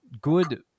good